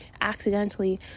accidentally